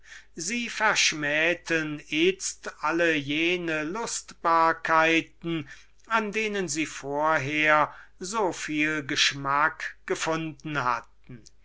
sie verschmähten itzt alle diese lustbarkeiten an denen sie vorher so viel geschmack gefunden hatten